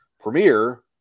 premiere